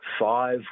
five